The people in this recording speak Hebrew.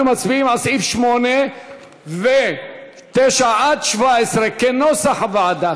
אנחנו מצביעים על סעיפים 8 ו-9 17, כנוסח הוועדה.